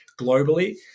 globally